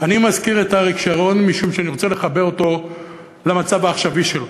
אני מזכיר את אריק שרון משום שאני רוצה לחבר אותו למצב העכשווי שלו.